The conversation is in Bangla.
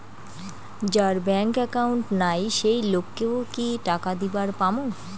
যার ব্যাংক একাউন্ট নাই সেই লোক কে ও কি টাকা দিবার পামু?